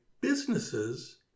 businesses